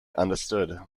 understood